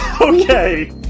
Okay